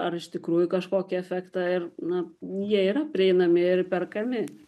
ar iš tikrųjų kažkokį efektą ir na jie yra prieinami ir perkami